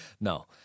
No